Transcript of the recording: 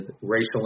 racial